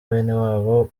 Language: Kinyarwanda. benewabo